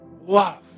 Love